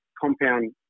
compound